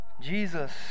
Jesus